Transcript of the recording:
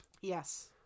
Yes